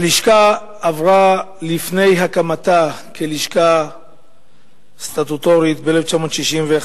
הלשכה עברה, לפני הקמתה כלשכה סטטוטורית ב-1961,